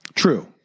True